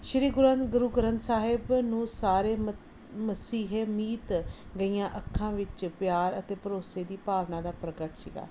ਸ਼੍ਰੀ ਗੁਰੂਆਂ ਨੂੰ ਗੁਰੂ ਗ੍ਰੰਥ ਸਾਹਿਬ ਨੂੰ ਸਾਰੇ ਮ ਮਸੀਹੇ ਮੀਤ ਗਈਆਂ ਅੱਖਾਂ ਵਿੱਚ ਪਿਆਰ ਅਤੇ ਭਰੋਸੇ ਦੀ ਭਾਵਨਾ ਦਾ ਪ੍ਰਗਟ ਸੀਗਾ